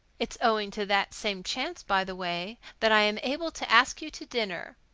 it's owing to that same chance, by the way, that i am able to ask you to dinner.